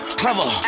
clever